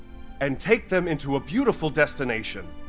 and take them into a beautiful destination.